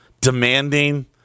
demanding